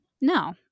No